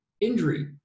injury